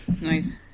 Nice